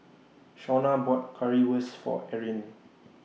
Shawna bought Currywurst For Eryn